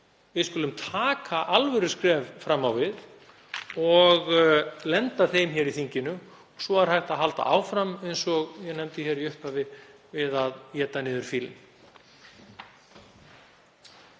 Við skulum stíga alvöruskref fram á við og lenda málum í þinginu. Svo er hægt að halda áfram, eins og ég nefndi hér í upphafi, við að éta niður fílinn.